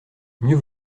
mieux